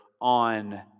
on